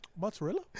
mozzarella